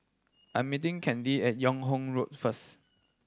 I am meeting Kandy at Yung Ho Road first